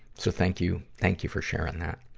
so thank you, thank you for sharing that.